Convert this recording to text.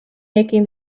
making